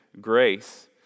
grace